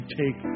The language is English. take